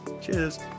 Cheers